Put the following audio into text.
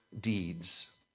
deeds